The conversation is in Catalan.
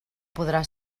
podrà